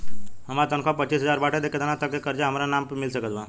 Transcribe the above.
हमार तनख़ाह पच्चिस हज़ार बाटे त केतना तक के कर्जा हमरा नाम पर मिल सकत बा?